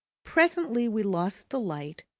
presently we lost the light,